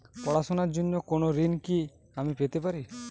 পড়াশোনা র জন্য কোনো ঋণ কি আমি পেতে পারি?